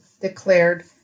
declared